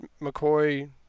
McCoy